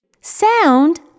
Sound